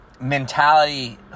mentality